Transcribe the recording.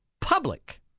public